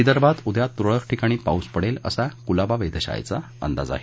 विदर्भात उद्या तुरळक ठिकाणी पाऊस पडेल असा कुलाबा वेधशाळेचा अंदाज आहे